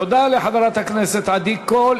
תודה לחברת הכנסת עדי קול.